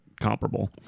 comparable